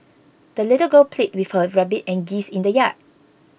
the little girl played with her rabbit and geese in the yard